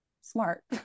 smart